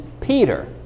Peter